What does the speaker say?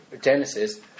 Genesis